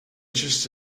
just